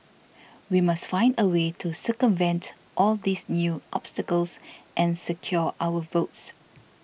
we must find a way to circumvent all these new obstacles and secure our votes